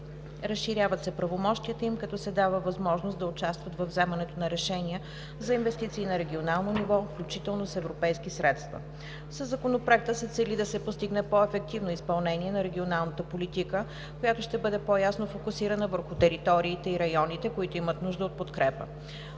Разширяват се правомощията им, като се дава възможност да участват във вземането на решения за инвестиции на регионално ниво, включително с европейски средства. Със Законопроекта се цели да се постигне по-ефективно изпълнение на регионалната политика, която ще бъде по-ясно фокусирана върху териториите и районите, които имат нужда от подкрепа.